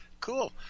Cool